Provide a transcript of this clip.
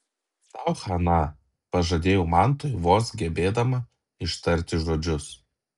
tau chana pažadėjau mantui vos gebėdama ištarti žodžius